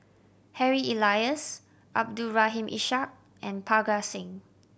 Harry Elias Abdul Rahim Ishak and Parga Singh